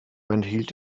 enthielt